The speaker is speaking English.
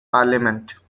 parliament